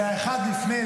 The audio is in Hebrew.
זה היה אחד מלפני,